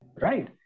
Right